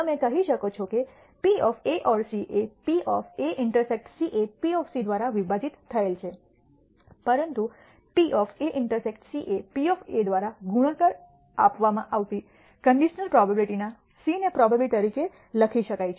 તમે કહી શકો છો કે P A | C એ P A ∩C એ P દ્વારા વિભાજિત થયેલ છે પરંતુ PA∩C એ P દ્વારા ગુણાકાર આપવામાં આવતી કન્ડિશનલ પ્રોબેબીલીટી ના c ને પ્રોબેબીલીટી તરીકે લખી શકાય છે